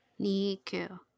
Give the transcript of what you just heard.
Niku